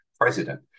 president